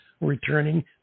returning